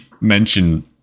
mention